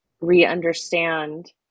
re-understand